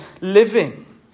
living